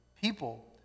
people